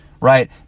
right